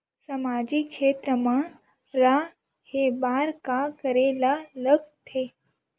सामाजिक क्षेत्र मा रा हे बार का करे ला लग थे